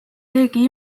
keegi